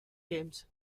games